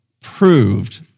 proved